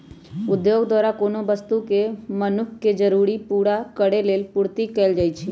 उद्योग द्वारा कोनो वस्तु के मनुख के जरूरी पूरा करेलेल पूर्ति कएल जाइछइ